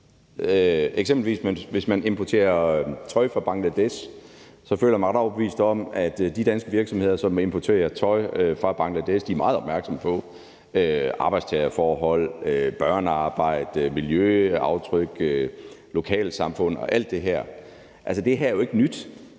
eksempelvis importerer tøj fra Bangladesh. Jeg føler mig ret overbevist om, at de danske virksomheder, som importerer tøj fra Bangladesh, er meget opmærksomme på arbejdstagerforhold, børnearbejde, miljøaftryk, lokalsamfund og alt det her. Altså, det her er jo ikke nyt